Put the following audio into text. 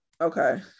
Okay